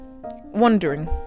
wondering